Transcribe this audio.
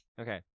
Okay